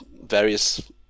various